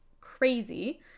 crazy